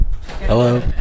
hello